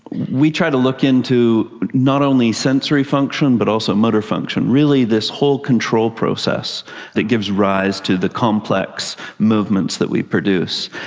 we try to look into not only sensory function but also motor function. really this whole control process that gives rise to the complex movements that we produce.